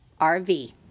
RV